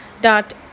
dot